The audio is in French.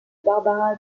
barbara